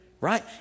right